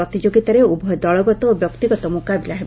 ପ୍ରତିଯୋଗିତାରେ ଉଭୟ ଦଳଗତ ଓ ବ୍ୟକ୍ତିଗତ ମୁକାବିଲା ହେବ